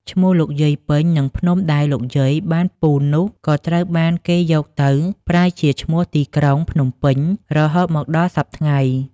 ឈ្មោះលោកយាយពេញ និងភ្នំដែលលោកយាយបានពូននេះ ក៏ត្រូវបានគេយកទៅប្រើជាឈ្មោះទីក្រុង "ភ្នំពេញ" រហូតមកដល់សព្វថ្ងៃ។